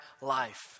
life